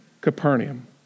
Capernaum